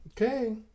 Okay